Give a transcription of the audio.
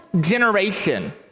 generation